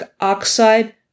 oxide